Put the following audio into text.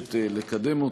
מבקשת לקדם,